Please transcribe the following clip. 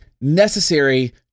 necessary